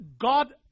God